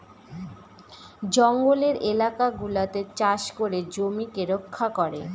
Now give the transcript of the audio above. জঙ্গলের এলাকা গুলাতে চাষ করে জমিকে রক্ষা করে